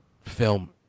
film